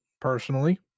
personally